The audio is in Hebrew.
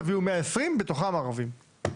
תביאו מאה עשרים מתוכם שיהיו ערבים,